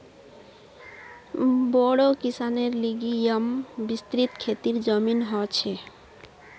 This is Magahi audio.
बोड़ो किसानेर लिगि येमं विस्तृत खेतीर जमीन ह छे